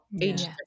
age